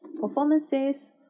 performances